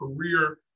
career